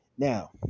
Now